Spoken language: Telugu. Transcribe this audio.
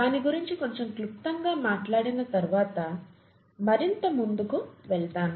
దాని గురించి కొంచెం క్లుప్తంగా మాట్లాడిన తరువాత మరింత ముందుకు వెళ్తాను